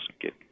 get